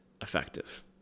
effective